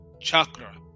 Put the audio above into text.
chakra